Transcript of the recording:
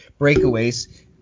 breakaways –